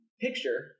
picture